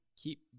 keep